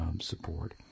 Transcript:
support